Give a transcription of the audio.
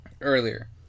earlier